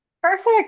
Perfect